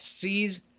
sees